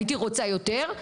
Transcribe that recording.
הייתי רוצה יותר,